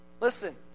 Listen